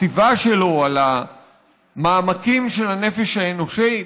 הכתיבה שלו על המעמקים של הנפש האנושית,